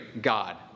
God